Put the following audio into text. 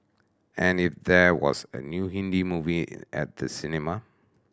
and if there was a new Hindi movie at the cinema